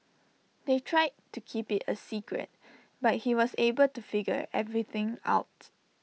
they tried to keep IT A secret but he was able to figure everything out